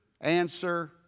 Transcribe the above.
answer